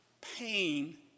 pain